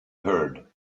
heard